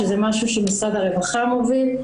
שזה משהו שמשרד הרווחה מוביל,